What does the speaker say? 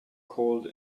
cold